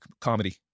comedy